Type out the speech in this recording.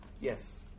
yes